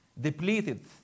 depleted